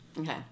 Okay